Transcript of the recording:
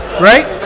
right